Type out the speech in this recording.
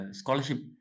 scholarship